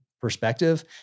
perspective